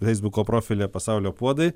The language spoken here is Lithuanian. feisbuko profilyje pasaulio puodai